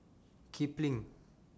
Kipling